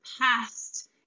past